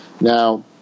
Now